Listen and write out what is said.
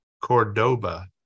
Cordoba